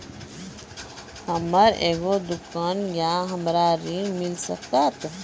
हमर एगो दुकान या हमरा ऋण मिल सकत?